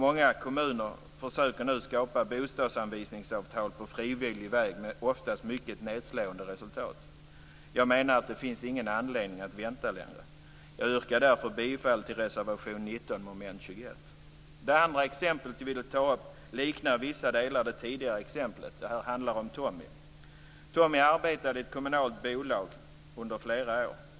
Många kommuner försöker nu skapa bostadsanvisningsavtal på frivillig väg, oftast med mycket nedslående resultat. Jag menar att det inte finns någon anledning att vänta längre. Jag yrkar därför bifall till reservation 19 Det andra exemplet jag vill ta upp liknar i vissa delar det tidigare. Det här handlar om Tommy. Tommy arbetade i ett kommunalt bolag under flera år.